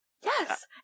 yes